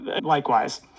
Likewise